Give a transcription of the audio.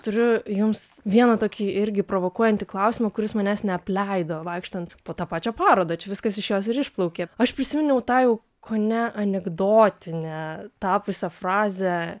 turiu jums vieną tokį irgi provokuojantį klausimą kuris manęs neapleido vaikštant po tą pačią parodą čia viskas iš jos ir išplaukė aš prisiminiau tą jau kone anekdotine tapusią frazę